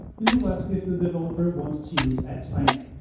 it will ask if the developer wants to use app signing.